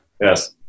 Yes